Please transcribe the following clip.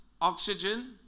oxygen